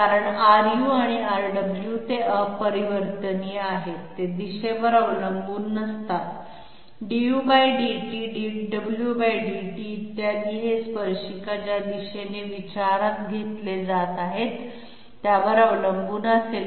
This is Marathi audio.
कारण Ru आणि Rw ते अपरिवर्तनीय आहेत ते दिशेवर अवलंबून नसतात dudt dwdt इत्यादी हे स्पर्शिका ज्या दिशेने विचारात घेतली जात आहे त्यावर अवलंबून असेल